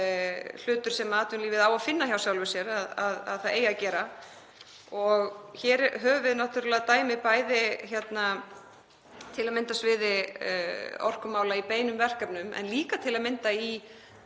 hlutur sem atvinnulífið á að finna hjá sjálfu sér að það eigi að gera. Og hér höfum við náttúrlega dæmi á sviði orkumála í beinum verkefnum en líka til að mynda í